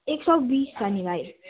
एक सौ बिस छ नि भाइ